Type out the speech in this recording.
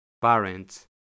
parents